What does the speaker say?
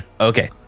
Okay